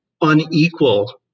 unequal